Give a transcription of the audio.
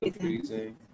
freezing